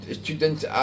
students